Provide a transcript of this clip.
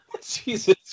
Jesus